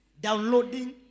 Downloading